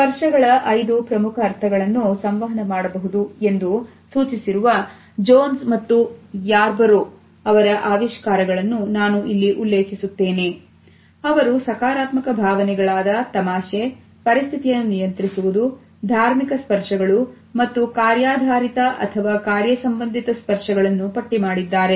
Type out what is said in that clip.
ಸ್ಪರ್ಶಗಳ 5 ಪ್ರಮುಖ ಅರ್ಥಗಳನ್ನು ಸಂವಹನ ಮಾಡಬಹುದು ಎಂದು ಸೂಚಿಸಿರುವ Jones ಮತ್ತು Yarborough ಅವರ ಆವಿಷ್ಕಾರಗಳನ್ನು ನಾನು ಇಲ್ಲಿ ಉಲ್ಲೇಖಿಸುತ್ತೇನೆ ಅವರು ಸಕಾರಾತ್ಮಕ ಭಾವನೆಗಳಾದ ತಮಾಷೆ ಪರಿಸ್ಥಿತಿಯನ್ನು ನಿಯಂತ್ರಿಸುವುದು ಧಾರ್ಮಿಕ ಸ್ಪರ್ಶಗಳು ಮತ್ತು ಕಾರ್ಯಾಧಾರಿತ ಅಥವಾ ಕಾರ್ಯಸಂಬಂಧಿತ ಸ್ಪರ್ಶ ಗಳನ್ನು ಪಟ್ಟಿ ಮಾಡಿದ್ದಾರೆ